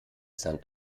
sand